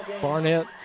Barnett